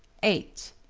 eight.